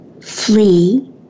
flee